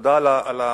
ותודה על המחמאות,